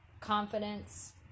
confidence